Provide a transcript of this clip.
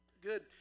Good